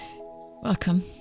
Welcome